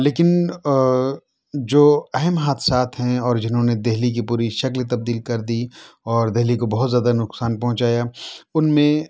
لیکن جو اہم حادثات ہیں اور جنھوں نے دہلی کی پوری شکل تبدیل کردی اور دہلی کو بہت زیادہ نقصان پہنچایا ان میں